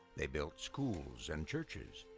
they built schools and churches.